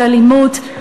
של אלימות,